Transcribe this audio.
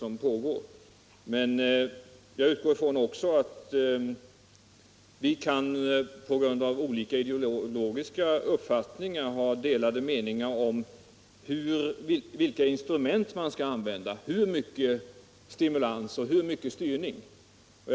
Jag utgår emellertid ifrån att Jörn Svensson och jag på grund av olika idecologiska uppfattningar kan ha delade meningar om vilka instrument som bör användas, hur mycket som skall vara stimulans och hur mycket som skall vara styrning.